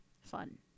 fun